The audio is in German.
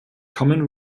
common